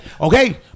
Okay